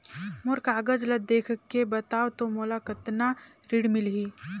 मोर कागज ला देखके बताव तो मोला कतना ऋण मिलही?